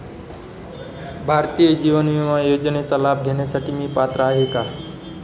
भारतीय जीवन विमा योजनेचा लाभ घेण्यासाठी मी पात्र आहे का?